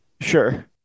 Sure